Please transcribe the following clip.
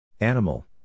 Animal